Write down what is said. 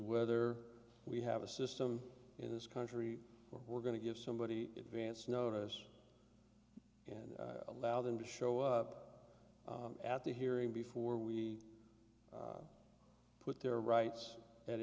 whether we have a system in this country or we're going to give somebody advance notice and allow them to show up at the hearing before we put their rights at